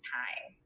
time